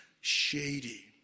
shady